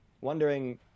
wondering